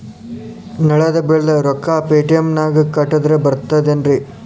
ನಳದ್ ಬಿಲ್ ರೊಕ್ಕನಾ ಪೇಟಿಎಂ ನಾಗ ಕಟ್ಟದ್ರೆ ಬರ್ತಾದೇನ್ರಿ?